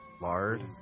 Lard